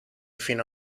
fino